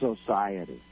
society